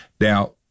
Now